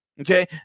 Okay